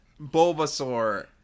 Bulbasaur